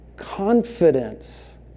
confidence